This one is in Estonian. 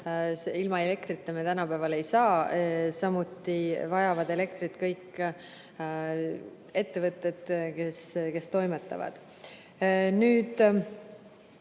Ilma elektrita me tänapäeval ei saa. Samuti vajavad elektrit kõik ettevõtted, kes toimetavad. Nüüd,